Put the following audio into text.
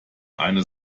eine